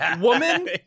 woman